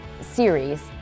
series